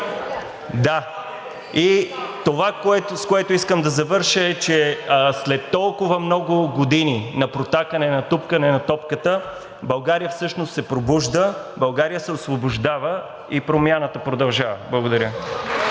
Това, с което искам да завърша, е, че след толкова много години на протакане, на тупкане на топката България всъщност се пробужда, България се освобождава и промяната продължава. Благодаря.